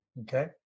Okay